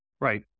Right